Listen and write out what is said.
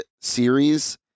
series